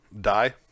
Die